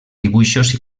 dibuixos